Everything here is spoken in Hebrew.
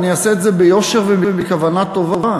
אני אעשה את זה ביושר ובכוונה טובה.